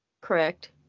Correct